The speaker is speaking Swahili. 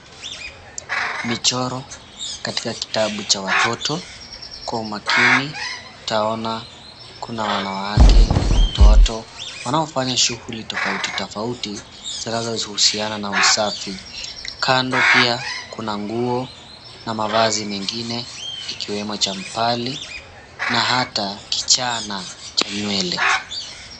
Michoro katika kitabu cha watoto makini utaona kuna wanawake, watoto wanaofanya shughuli tofauti tofauti zinazohusiana na usafi. Kando pia kuna nguo na mavazi mengine ikiwemo jabali na kichana cha nywele.